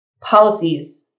Policies